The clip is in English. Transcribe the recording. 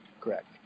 Correct